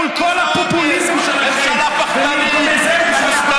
מול כל הפופוליזם שלכם,